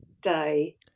day